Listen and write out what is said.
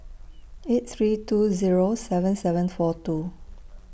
eight three two Zero seven seven four two